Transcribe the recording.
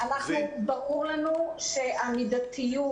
ברור לנו שהמידתיות